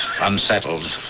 unsettled